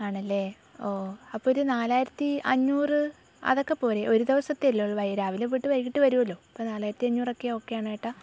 ആണല്ലേ ഓ അപ്പോൾ ഒരു നാലായിരത്തി അഞ്ഞൂറ് അതൊക്കെ പോരെ ഒരു ദിവസത്തെ അല്ലേ ഉള്ളൂ വൈ രാവിലെ പോയിട്ട് വൈകിട്ട് വരുമല്ലോ അപ്പോൾ നാലായിരത്തിയഞ്ഞൂറൊക്കെ ഓക്കെ ആണോ ഏട്ടാ